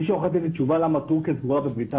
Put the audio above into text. מישהו יכול לתת לי תשובה למה טורקיה סגורה ובריטניה לא?